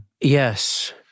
yes